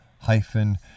hyphen